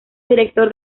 director